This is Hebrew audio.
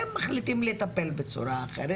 אתם מחליטים לטפל בצורה אחרת